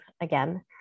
again